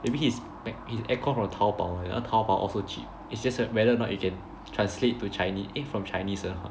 maybe his his aircon from Taobao [one] you know Taobao all so cheap it's just uh whether or not you can translate to Chinese eh from Chinese or not